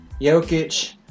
Jokic